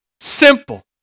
Simple